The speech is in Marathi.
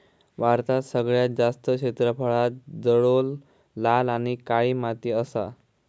भारतात सगळ्यात जास्त क्षेत्रफळांत जलोळ, लाल आणि काळी माती असा